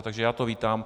Takže já to vítám.